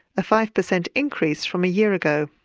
a five percent increase from a year ago.